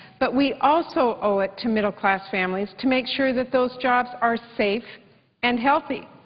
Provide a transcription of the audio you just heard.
but we also owe it to middle-class families to make sure that those jobs are safe and healthy.